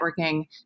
networking